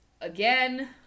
again